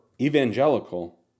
evangelical